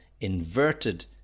inverted